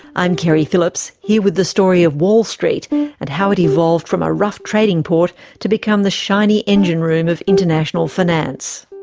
i'm keri phillips, here with the story of wall street and how it evolved from a rough trading port to become the shiny engine room of international finance.